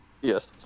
Yes